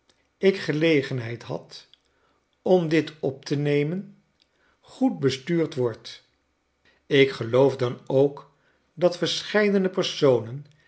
ik gelegenheid had om dit op te nemen goed bestuurd wordt ik geloof dan ook dat verscheidene personen